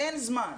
אין זמן,